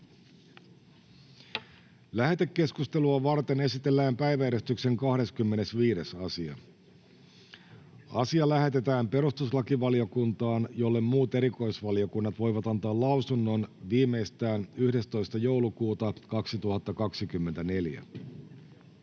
Lähetekeskustelua varten esitellään päiväjärjestyksen 25. asia. Asia lähetetään perustuslakivaliokuntaan, jolle muut erikoisvaliokunnat voivat antaa lausunnon viimeistään 11. joulukuuta 2024.